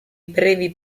brevi